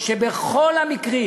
שבכל המקרים,